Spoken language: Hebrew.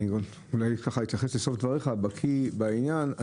אולי אתייחס לסוף דבריך, בקיא בעניין.